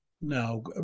No